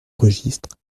registres